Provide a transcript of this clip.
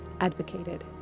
advocated